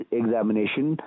examination